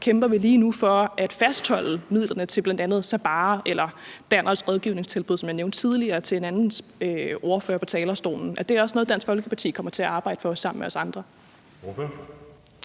kæmper vi lige nu for at fastholde midlerne til bl.a. Sabaah og Danners rådgivningstilbud, som jeg nævnte tidligere for en anden ordfører på talerstolen. Er det også noget, Dansk Folkeparti kommer til at arbejde for sammen med os andre?